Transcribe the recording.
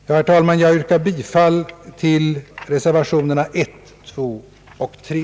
Herr talman! Jag yrkar bifall till reservationerna I, II och III.